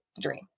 dream